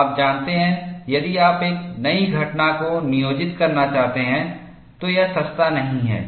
आप जानते हैं यदि आप एक नई घटना को नियोजित करना चाहते हैं तो यह सस्ता नहीं है